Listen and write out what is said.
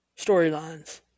storylines